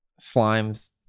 slimes